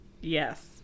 Yes